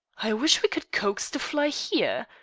i wish we could coax the fly here!